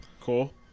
Cool